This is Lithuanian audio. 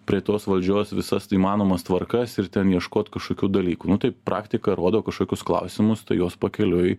prie tos valdžios visas įmanomas tvarkas ir ten ieškot kažkokių dalykų nu tai praktika rodo kažkokius klausimus tai juos pakeliui